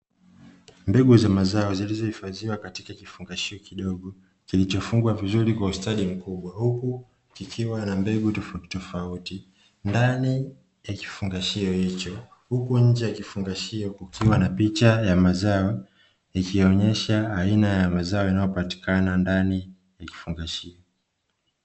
Mbegu za mazao zilizohifadhiwa katika kifungashio kidogo, kikifungwa vizuri kwa ustadi mkubwa ndani kikiwa na mbegu tofauti tofauti kwenye kifungashio hicho. Huku nje kukiwa na picha ya mazao ikionyesha aina ya bidhaa iliyondani ya kifungashio.